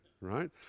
right